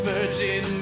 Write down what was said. Virgin